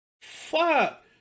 Fuck